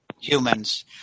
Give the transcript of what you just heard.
humans